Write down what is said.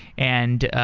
and